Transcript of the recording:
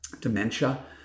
dementia